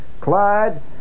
Clyde